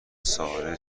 ساره